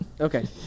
Okay